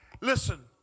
Listen